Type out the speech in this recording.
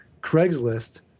Craigslist